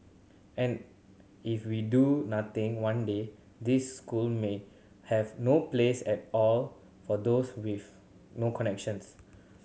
and if we do nothing one day these school may have no place at all for those with no connections